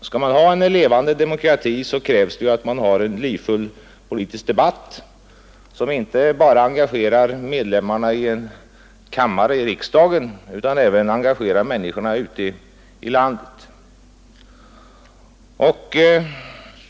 Skall man ha en levande demokrati, krävs det ju att man har en livfull politisk debatt som engagerar inte bara ledamöterna här i riksdagens kammare utan även människorna ute i landet.